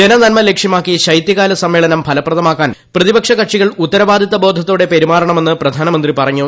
ജനന്മ ലക്ഷ്യമാക്കി ശൈതൃകാല സമ്മേളനം ഫലപ്രദമാക്കാൻ പ്രതിപക്ഷ കക്ഷികൾ ഉത്തരവാദിത്ത ബോധത്തോടെ പെരുമാറണമെന്ന് പ്രധാനമന്ത്രി പറഞ്ഞു